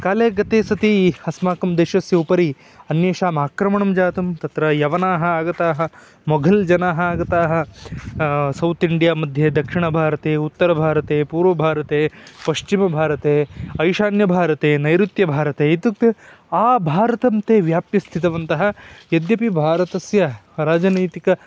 काले गते सति अस्माकं देशस्य उपरि अन्येषाम् आक्रमणं जातं तत्र यवनाः आगताः मोघल्जनाः आगताः सौत् इण्डियामध्ये दक्षिणभारते उत्तरभारते पूर्वभारते पश्चिमभारते ईशान्यभारते नैऋत्यभारते इत्युक्ते आभारतं ते व्याप्य स्थितवन्तः यद्यपि भारतस्य राजनैतिक